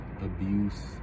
abuse